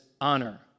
honor